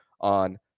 on